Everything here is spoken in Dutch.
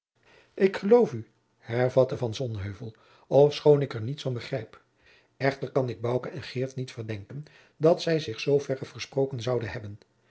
ik geloof u hervatte van sonheuvel ofschoon ik er niets van begrijp echter kan ik bouke en geert niet verdenken dat zij zich zooverre versproken zoude hebben